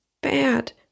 bad